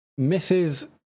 Mrs